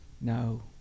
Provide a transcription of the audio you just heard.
No